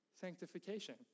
sanctification